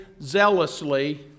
zealously